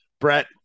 Brett